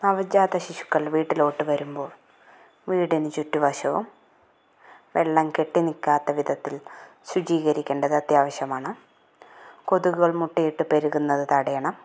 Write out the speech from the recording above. നവജാത ശിശുക്കള് വീട്ടിലോട്ടു വരുമ്പോള് വീടിനു ചുറ്റുവശവും വെള്ളം കെട്ടിനിൽക്കാത്ത വിധത്തില് ശുചീകരിക്കേണ്ടത് അത്യാവശ്യമാണ് കൊതുകുകള് മുട്ടയിട്ടു പെരുകുന്നത് തടയണം